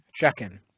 check-in